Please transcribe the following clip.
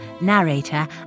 narrator